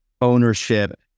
ownership